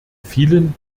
vielen